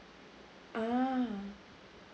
ah